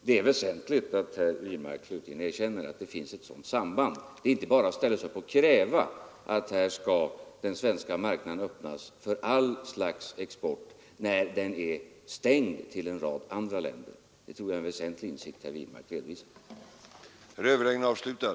Det är väsentligt att herr Wirmark slutligen erkänner att det finns ett sådant samband. Det är inte bara att ställa sig upp och kräva att den svenska marknaden här skall öppnas för allt slags export, när den är stängd för en rad andra länder. Det är en väsentlig insikt som herr Wirmark nu redovisar.